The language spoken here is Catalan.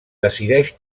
decideix